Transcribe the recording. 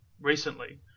recently